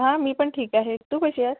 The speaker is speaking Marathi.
हा मी पण ठीक आहे तू कशी आहेस